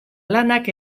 lanak